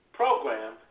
program